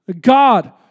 God